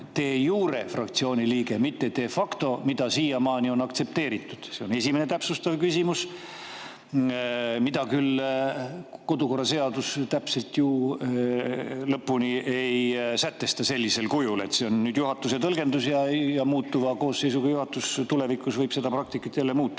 jurefraktsiooni liige, mittede facto[liige], mida siiamaani on aktsepteeritud? See on esimene täpsustav küsimus. Seda küll kodukorraseadus täpselt lõpuni ei sätesta sellisel kujul, see on nüüd juhatuse tõlgendus ja iga muutuva koosseisuga võib juhatus tulevikus jälle seda praktikat muuta.